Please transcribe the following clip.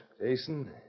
Jason